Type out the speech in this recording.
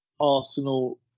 Arsenal